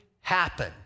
happen